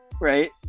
right